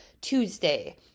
Tuesday